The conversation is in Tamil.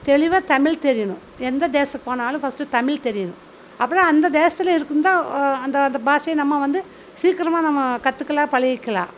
தெளிவாக தமிழ் தெரியணும் எந்த தேசம் போனாலும் ஃபர்ஸ்டு தமிழ் தெரியணும் அப்போதான் அந்த தேசத்தில் இருந்தால் அந்த அந்த பாஷை நம்ம வந்து சீக்கிரமாக நம்ம கற்றுக்கலாம் பழகிக்கலாம்